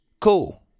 cool